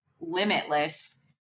limitless